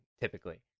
typically